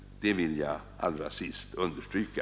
Det vill jag till sist starkt understryka.